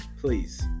Please